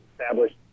established